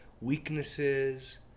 weaknesses